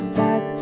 back